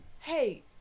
hey